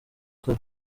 ikara